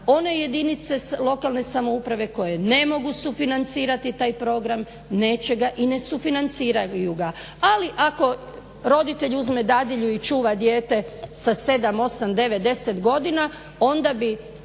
one jedinice lokalne samouprave koje ne mogu sufinancirati taj program neće ga i ne sufinanciraju ga. Ali ako roditelj uzme dadilju i čuva dijete sa 7, 8, 9, 10 godina onda bi